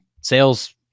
sales